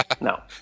no